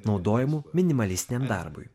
naudojimu minimalistiniam darbui